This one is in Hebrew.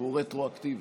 והוא רטרואקטיבי.